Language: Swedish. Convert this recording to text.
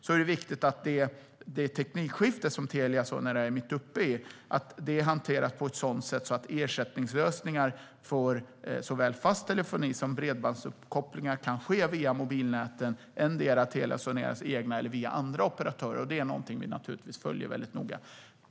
Det är viktigt att det teknikskifte som Telia Sonera är mitt uppe i hanteras på ett sådant sätt att ersättningslösningar för såväl fast telefoni som bredbandsuppkopplingar kan ske via mobilnäten, Telia Soneras egna eller andra operatörers. Det är naturligtvis något som vi följer noga.